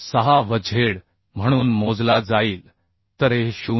6Vz म्हणून मोजला जाईल तर हे 0